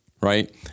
Right